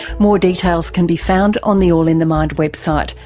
more details can be found on the all in the mind website,